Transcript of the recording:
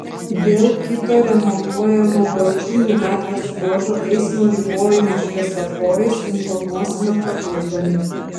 dėl kito remontuojamo bačiūnų gatvės ruožo eismo ribojimo šviesoforais informuosime papildomai